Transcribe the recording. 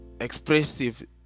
expressive